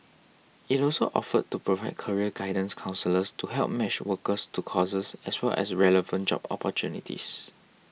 it also offered to provide career guidance counsellors to help match workers to courses as well as relevant job opportunities